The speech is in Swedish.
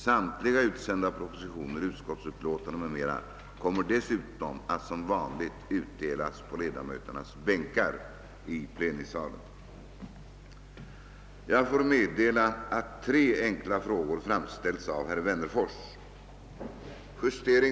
Samtliga utsända propositioner kommer dessutom att som vanligt utdelas på ledamöternas bänkar i plenisalen.